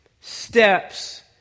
steps